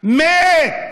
מת.